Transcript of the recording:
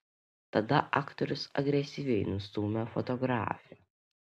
tada aktorius agresyviai nustūmė fotografę